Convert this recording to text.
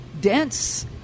dense